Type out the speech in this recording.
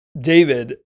David